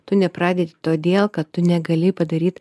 tu nepradedi todėl kad tu negali padaryt